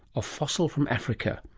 a fossil from africa.